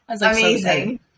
amazing